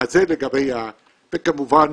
כמובן